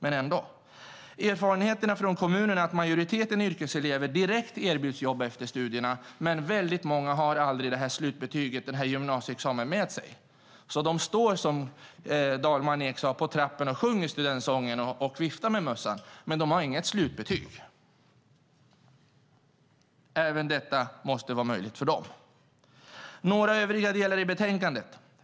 Erfarenheten från kommunerna är att majoriteten yrkeselever erbjuds jobb direkt efter studierna, men väldigt många har inte slutbetyg, gymnasieexamen, med sig. Som Cecilia Dalman Eek sade står de på trappan och sjunger Studentsången och viftar med mössan, men de har inget slutbetyg. Även detta måste vara möjligt för dem. Låt mig nämna några övriga delar i betänkandet.